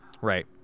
Right